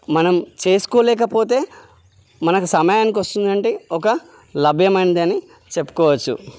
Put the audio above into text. మనం చేసుకోలేకపోతే మనకు సమయానికి వస్తుందంటే ఒక లభ్యమైనదని చెప్పుకోవచ్చు